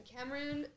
Cameron